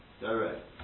Direct